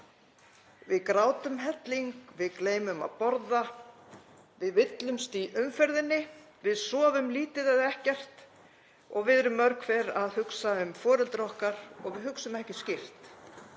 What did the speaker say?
Við grátum helling. Við gleymum að borða. Við villumst í umferðinni. Við sofum lítið eða ekkert. Við erum mörg hver að hugsa um foreldra okkar. Við hugsum ekki skýrt.“